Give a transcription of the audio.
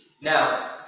Now